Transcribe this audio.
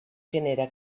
genera